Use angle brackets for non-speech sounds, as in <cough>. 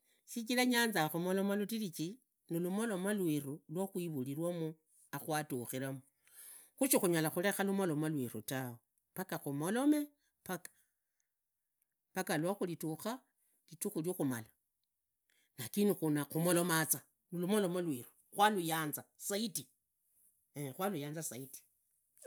Shijira nyanzanga khumuloma latiriji. Nilumoloma lwevu lwakhuivuvirwamu, hakwadhukiramu, shukhurekhu lumoromu lweru tawe, paka khumulome, paka lwalitakha ridhira ria khamala lakini khunakhumolomuza, nilumoloma rweru, kwaluyanza saiti, <hesitation> kwaluyanza saiti.